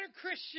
Christian